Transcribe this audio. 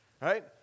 Right